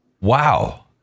Wow